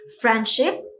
friendship